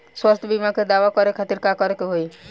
स्वास्थ्य बीमा के दावा करे के खातिर का करे के होई?